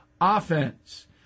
offense